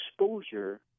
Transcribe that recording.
exposure